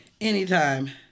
Anytime